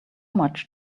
much